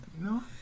no